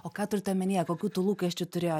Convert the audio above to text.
o ką turit omenyje kokių tų lūkesčių turėjo